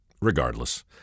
Regardless